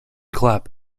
clap